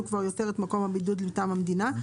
כבר יותר את מקום הבידוד מטעם המדינה.